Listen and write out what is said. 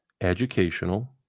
educational